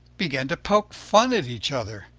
began to poke fun at each other,